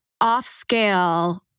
off-scale